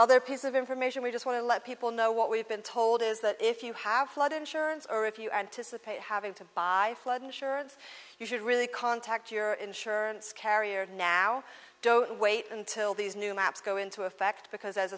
other piece of information we just want to let people know what we've been told is that if you have flood insurance or if you anticipate having to buy flood insurance you should really contact your insurance carrier now don't wait until these new maps go into effect because